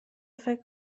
فکر